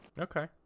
Okay